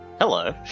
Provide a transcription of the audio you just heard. Hello